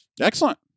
Excellent